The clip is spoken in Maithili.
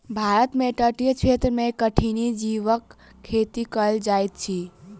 भारत में तटीय क्षेत्र में कठिनी जीवक खेती कयल जाइत अछि